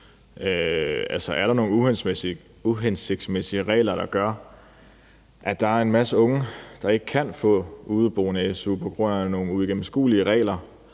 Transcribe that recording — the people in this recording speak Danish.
der er nogle uhensigtsmæssige regler, der gør, at der er en masse unge, der ikke kan få udeboende-su, altså på grund af nogle uigennemskuelige regler,